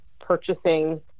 purchasing